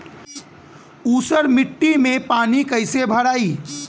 ऊसर मिट्टी में पानी कईसे भराई?